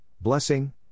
blessing